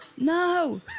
No